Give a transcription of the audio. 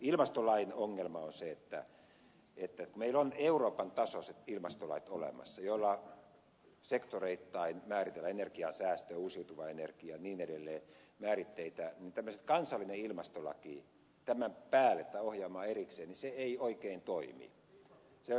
ilmastolain ongelma on se että kun meillä on euroopan tasoiset ilmastolait olemassa joilla sektoreittain määritellään energiansäästö uusiutuva energia ynnä muita määritteitä niin tämmöinen kansallinen ilmastolaki tämän päälle tai ohjaamaan erikseen ei oikein toimi se ei oikein toimi